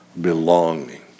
Belonging